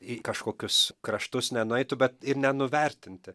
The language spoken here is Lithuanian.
į kažkokius kraštus nenueitų bet ir nenuvertinti